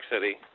City